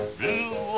blue